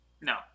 No